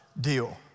deal